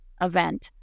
event